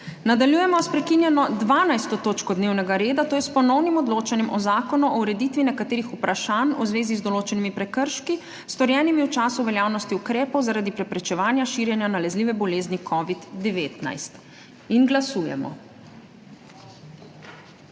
Nadaljujemo sprekinjeno 12. točko dnevnega reda, to je s Ponovnim odločanjem o Zakonu o ureditvi nekaterih vprašanj v zvezi z določenimi prekrški, storjenimi v času veljavnosti ukrepov zaradi preprečevanja širjenja nalezljive bolezni COVID-19. Glasujemo.